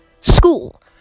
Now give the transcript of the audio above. school